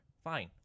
Fine